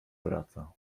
wraca